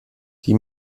die